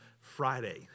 Friday